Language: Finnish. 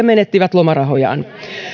menettivät lomarahojaan